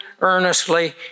earnestly